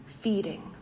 feeding